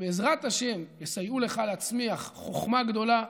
שבעזרת השם יסייעו לך להצמיח חוכמה גדולה,